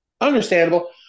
Understandable